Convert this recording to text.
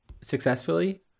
Successfully